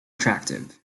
attractive